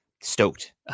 stoked